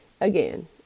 Again